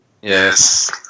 Yes